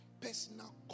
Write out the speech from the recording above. personal